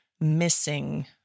missing